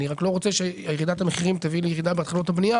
אני רק לא רוצה שירידת המחירים תוביל לירידה בהתחלות הבנייה